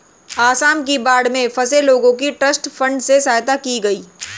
आसाम की बाढ़ में फंसे लोगों की ट्रस्ट फंड से सहायता की गई